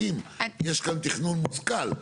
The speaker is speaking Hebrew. האם יש כאן תכנון מושכל.